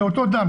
זה אותו דם.